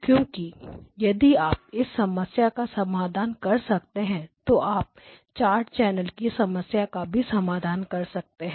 क्योंकि यदि आप इस समस्या का समाधान कर सकते हैं तो आप 4 चैनल की समस्या का समाधान भी कर सकते हैं